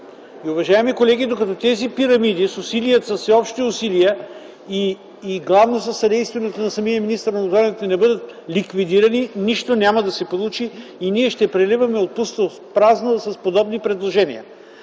Уважаеми колеги, докато тези пирамиди с всеобщи усилия и главно със съдействието на самия министър на образованието не бъдат ликвидирани, нищо няма да се получи, ние ще преливаме от пусто в празно с подобни предложения.